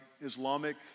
Islamic